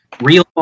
real